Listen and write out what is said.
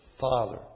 father